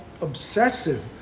obsessive